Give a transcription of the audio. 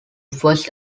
first